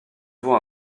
vaut